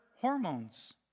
hormones